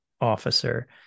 officer